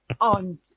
on